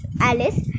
Alice